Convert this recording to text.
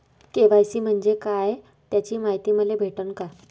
KYC म्हंजे काय त्याची मायती मले भेटन का?